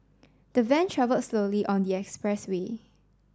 the van travel slowly on the expressway